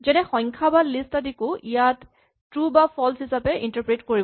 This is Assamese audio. যেনে সংখ্যা বা লিষ্ট আদিকো ইয়াত ট্ৰো বা ফল্চ হিচাপে ইন্টাৰপ্ৰেট কৰিব